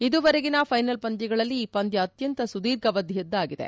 ಇದುವರೆಗಿನ final ಪಂದ್ಲಗಳಲ್ಲಿ ಈ ಪಂದ್ಲ ಅತ್ನಂತ ಸುದೀರ್ಘ ಅವಧಿಯದ್ದಾಗಿದೆ